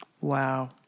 Wow